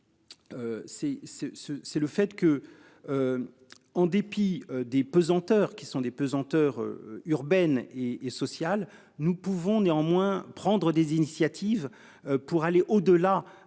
c'est le fait que. En dépit des pesanteurs qui sont des pesanteurs urbaine et sociale, nous pouvons néanmoins prendre des initiatives. Pour aller au-delà